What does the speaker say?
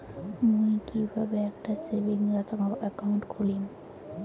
মুই কিভাবে একটা সেভিংস অ্যাকাউন্ট খুলিম?